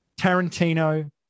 Tarantino